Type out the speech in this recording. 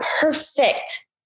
perfect